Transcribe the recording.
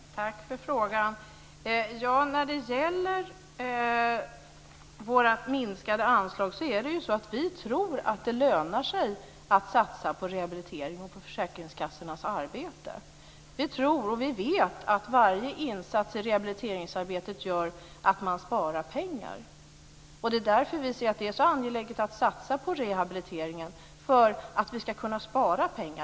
Fru talman! Tack för frågan! När det gäller våra minskade anslag tror vi att det lönar sig att satsa på rehabilitering och på försäkringskassornas arbete. Vi tror och vet att varje insats i rehabiliteringsarbetet gör att man sparar pengar. Det är därför vi anser att det är så angeläget att satsa på rehabiliteringen, för att vi ska kunna spara pengar.